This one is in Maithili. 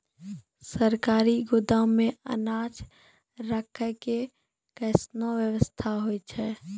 सरकारी गोदाम मे अनाज राखै के कैसनौ वयवस्था होय छै?